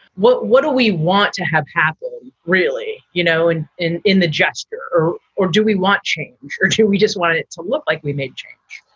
what what do we want to have happen really you know and in in the gesture? or or do we want change or do we just want it to look like we make change?